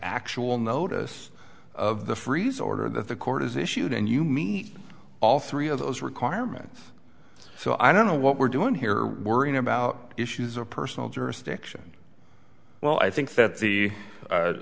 actual notice of the freeze order that the court has issued and you meet all three of those requirements so i don't know what we're doing here worrying about issues or personal jurisdiction well i think that's the